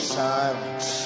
silence